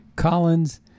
Collins